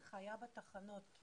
הנחיה בתחנות.